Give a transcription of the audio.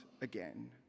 again